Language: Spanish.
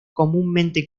comúnmente